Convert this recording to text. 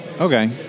Okay